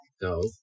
No